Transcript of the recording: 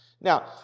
Now